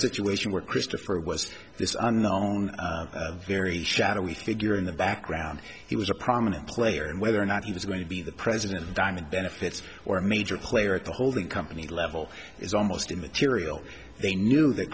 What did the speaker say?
situation where christopher was this unknown very shadowy figure in the background he was a prominent player and whether or not he was going to be the president of diamond benefits or a major player at the holding company level is almost immaterial they knew that